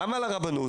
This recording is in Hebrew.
גם על הרבנות,